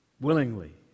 Willingly